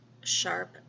sharp